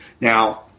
Now